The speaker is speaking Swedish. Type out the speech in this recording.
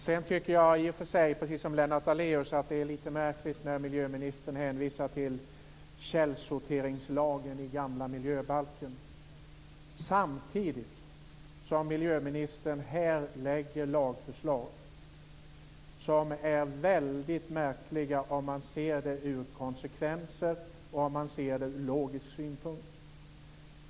Jag tycker i och för sig, precis som Lennart Daléus, att det är litet märkligt när miljöministern hänvisar till källsorteringslagen i den gamla miljöbalken samtidigt som miljöministern här lägger fram lagförslag som är mycket märkliga när man ser på konsekvenserna och om man ser det ur logiskt synpunkt.